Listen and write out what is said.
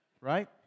Right